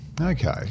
okay